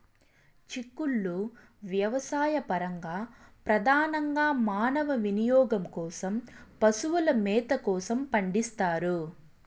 చిక్కుళ్ళు వ్యవసాయపరంగా, ప్రధానంగా మానవ వినియోగం కోసం, పశువుల మేత కోసం పండిస్తారు